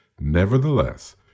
Nevertheless